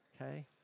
Okay